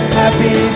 happy